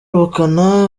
ubukana